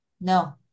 No